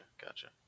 gotcha